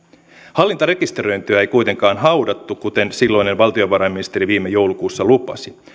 hallintarekisteröintiä ei kuitenkaan haudattu kuten silloinen valtiovarainministeri viime joulukuussa lupasi